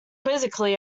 quizzically